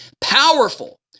powerful